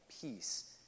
peace